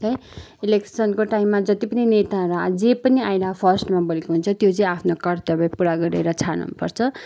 इलेक्सनको टाइममा जति पनि नेताहरू जे पनि आएर फर्स्टमा बोलेको हुन्छ त्यो चाहिँ आफनो कर्तव्य पुरा गरेर छाड्नुपर्छ